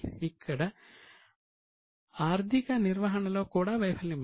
ఇక్కడ ఆర్థిక నిర్వహణలో కూడా వైఫల్యం ఉంది